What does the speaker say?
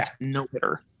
no-hitter